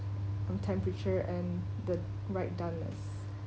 from temperature and the right done as